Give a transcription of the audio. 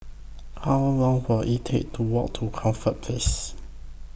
How Long Will IT Take to Walk to Corfe Place